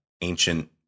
ancient